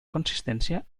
consistència